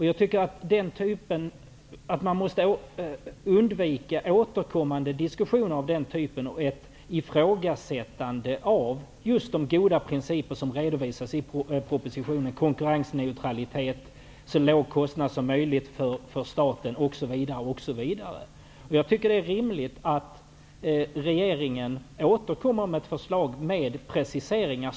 Jag tycker att man måste undvika återkommande diskussioner av den typen och ett ifrågasättande av de goda principer som redovisas i propositionen -- konkurrensneutralitet, så låg kostnad som möjligt för staten, osv. Det är rimligt att regeringen, så långt det är rimligt att kräva, återkommer med ett förslag till preciseringar.